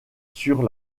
sur